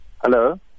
Hello